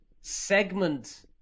segment